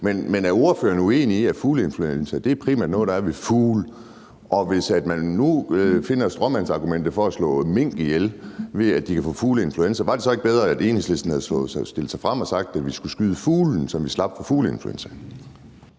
Men er ordføreren uenig i, at fugleinfluenza primært er noget, der er ved fugle? Og hvis man nu finder på et stråmandsargument for at slå mink ihjel om, at de kan få fugleinfluenza, var det så ikke bedre, at Enhedslisten havde stillet sig frem og sagt, at vi skulle skyde fuglene, så vi slap for fugleinfluenza?